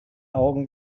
augen